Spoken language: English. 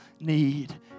need